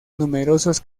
numerosos